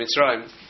Mitzrayim